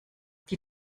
die